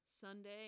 sunday